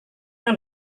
yang